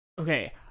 okay